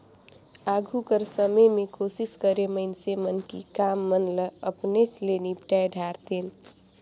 आघु कर समे में कोसिस करें मइनसे मन कि काम मन ल अपनेच ले निपटाए धारतेन